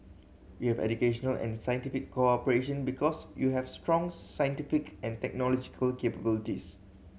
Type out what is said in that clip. we have educational and scientific cooperation because you have strong scientific and technological capabilities